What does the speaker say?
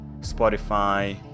Spotify